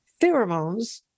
pheromones